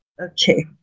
Okay